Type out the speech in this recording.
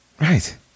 Right